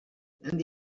and